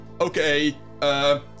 okay